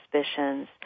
suspicions